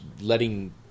letting